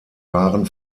waren